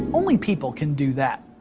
only people can do that,